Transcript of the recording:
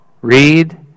read